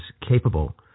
capable